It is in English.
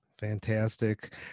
Fantastic